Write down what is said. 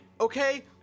Okay